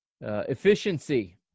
Efficiency